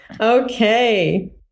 Okay